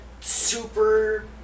super